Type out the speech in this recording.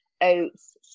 oats